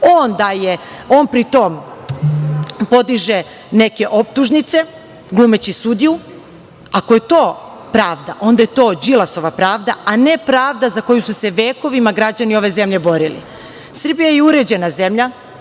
on daje, on pri tom podiže neke optužnice glumeći sudiju ako je to pravda, onda je to Đilasova pravda, a ne pravda za koju su se vekovima građani ove zemlje borili. Srbija je uređena zemlja,